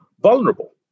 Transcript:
vulnerable